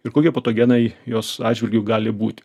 ir kokie patogenai jos atžvilgiu gali būti